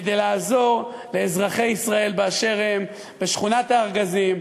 כדי לעזור לאזרחי ישראל באשר הם: בשכונת-הארגזים,